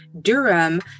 Durham